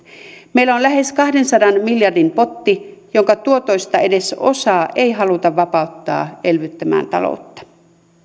meillä on lähes kahdensadan miljardin potti jonka tuotoista edes osaa ei haluta vapauttaa elvyttämään taloutta